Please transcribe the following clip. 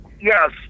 Yes